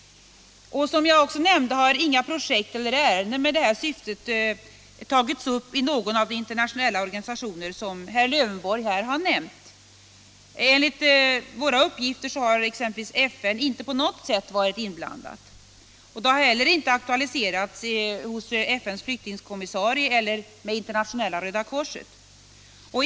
Som jag nämnde har inga projekt eller ärenden med detta syfte tagits upp i någon av de internationella organisationer som herr Lövenborg här har nämnt. Enligt våra uppgifter har exempelvis FN inte på något sätt varit inblandat. Saken har heller inte aktualiserats med FN:s flyktingkommissarie eller med Internationella röda korset.